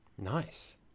nice